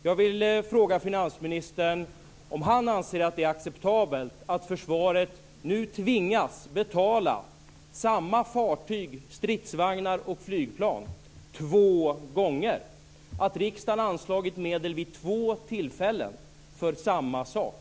Jag vill fråga finansministern om han anser det acceptabelt att försvaret nu tvingas betala samma fartyg, stridsvagnar och flygplan två gånger, dvs. att riksdagen anslagit medel vid två tillfällen för samma sak.